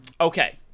Okay